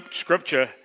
scripture